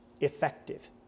effective